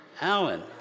Alan